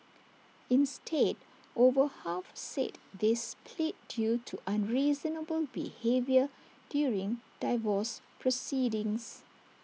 instead over half said they split due to unreasonable behaviour during divorce proceedings